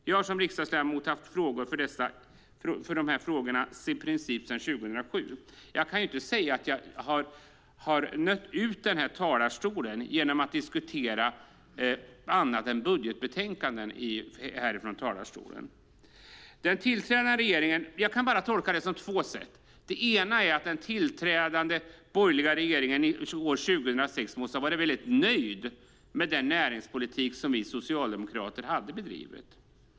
Jag har som riksdagsledamot haft ansvaret för dessa frågor i princip sedan 2007, och jag kan inte säga att jag nött ut denna talarstol genom att diskutera annat än budgetbetänkanden. Jag kan bara tolka det på två sätt. Det ena är att den tillträdande borgerliga regeringen år 2006 måste ha varit väldigt nöjd med den näringspolitik vi socialdemokrater hade bedrivit.